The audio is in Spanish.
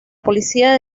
policía